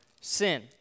sin